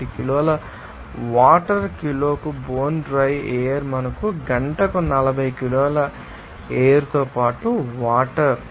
01 కిలోల వాటర్ కిలోకు bone dry air మనకు గంటకు 40 కిలోల ఎయిర్ తో పాటు వాటర్